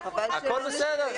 הכול בסדר,